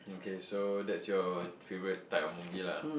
okay so that's your favorite type of movie lah